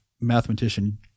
mathematician